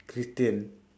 christian